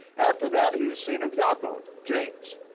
after that, he was seen of yakov, james.